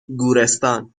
گورستان